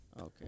Okay